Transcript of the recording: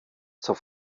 zur